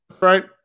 right